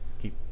keep